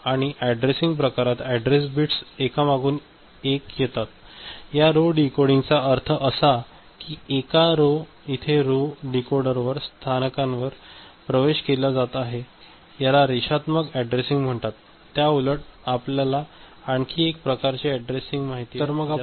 आणि ऍडरेसिंग प्रकारात address bits एकामागून एक येतात या रो डीकोडिंगचा अर्थ असा की एका इथे रो डिकोडरद्वारे स्थानांवर प्रवेश केला जात आहे याला रेषात्मक अॅड्रेसिंग म्हणतात आणि त्याउलट आपल्याला आणखी एक प्रकारची अॅड्रेसिंग ज्याला मॅट्रिक्स अॅड्रेसिंग म्हणतात